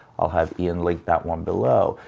i'll have ian link that one below.